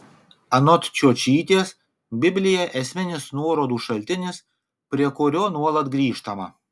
anot čiočytės biblija esminis nuorodų šaltinis prie kurio nuolat grįžtama